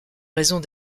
raisons